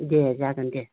दे जागोन दे